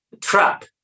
trap